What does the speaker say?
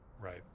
Right